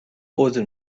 عذر